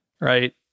right